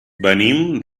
venim